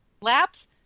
Laps